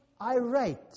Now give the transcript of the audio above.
irate